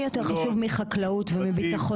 שכונות --- אין יותר חשוב מחקלאות ומביטחון תזונתי.